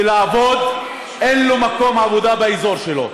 אז תשכנע, ולעבוד, אין לו מקום עבודה באזור שלו.